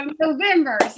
November